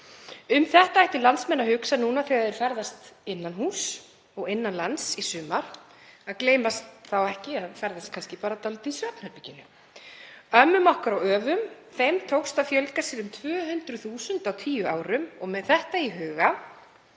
Um þetta ættu landsmenn að hugsa núna þegar þeir ferðast innan húss og innan lands í sumar, að gleyma þá ekki að ferðast kannski bara dálítið í svefnherberginu. Ömmum okkar og öfum tókst að fjölga sér um 200.000 á tíu árum og með það í huga